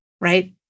right